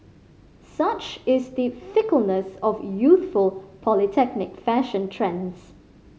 such is the fickleness of youthful polytechnic fashion trends